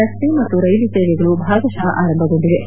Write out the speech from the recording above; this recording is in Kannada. ರಸ್ತೆ ಮತ್ತು ರೈಲು ಸೇವೆಗಳು ಭಾಗಶ ಆರಂಭಗೊಂಡಿವೆ